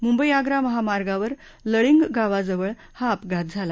मुंबई आग्रा महामार्गावर लळींग गावाजवळ हा अपघात झाला